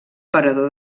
parador